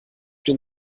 den